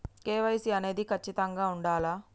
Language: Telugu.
కే.వై.సీ అనేది ఖచ్చితంగా ఉండాలా?